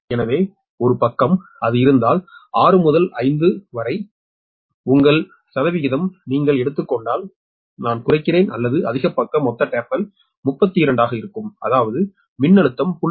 எனவே ஒரு பக்கம் அது இருந்தால் 6 முதல் 5 பா வரை உங்கள் சதவிகிதம் நீங்கள் எடுத்துக் கொண்டால் நான் குறைக்கிறேன் அல்லது அதிக பக்க மொத்த டேப்கள் 32 ஆக இருக்கும் அதாவது மின்னழுத்தம் 0